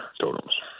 totems